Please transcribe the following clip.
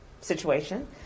situation